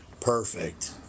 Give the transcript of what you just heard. Perfect